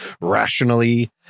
rationally